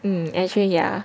mm actually yeah